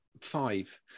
five